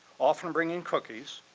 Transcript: often bringing cookies,